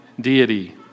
Deity